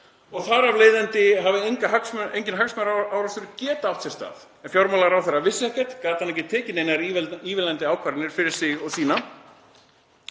og þar af leiðandi hafi enginn hagsmunaárekstur geta átt sér stað. Ef fjármálaráðherra vissi ekkert gat hann ekki tekið neinar ívilnandi ákvarðanir fyrir sig og sína.